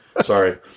Sorry